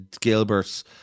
Gilbert's